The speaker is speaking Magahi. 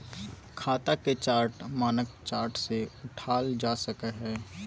खाता के चार्ट मानक चार्ट से उठाल जा सकय हइ